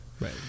Right